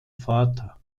vater